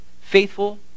faithful